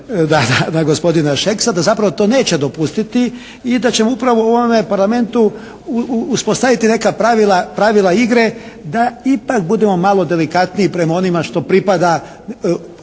da zapravo to neće dopustiti i da će upravo u ovome Parlamentu uspostaviti neka pravila igre da ipak budemo malo delikatniji prema onima što pripada